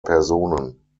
personen